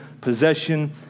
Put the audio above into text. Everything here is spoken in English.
possession